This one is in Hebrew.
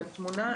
עם התמונה,